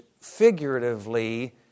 figuratively